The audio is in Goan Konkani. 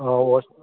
आ वॉश